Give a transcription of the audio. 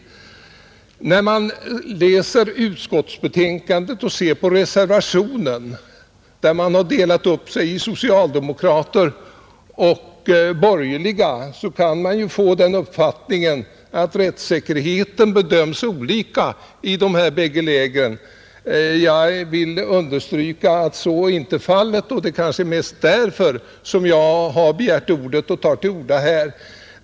När man läser utskottsbetänkandet och reservationen, där utskottets ledamöter har delat upp sig i socialdemokrater och borgerliga, kan man få den uppfattningen, att rättssäkerheten bedöms olika i de bägge lägren. Jag vill understryka att så inte är fallet. Det är kanske mest därför som jag har tagit till orda här.